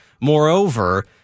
Moreover